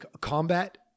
combat